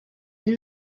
ell